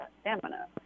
stamina